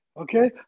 okay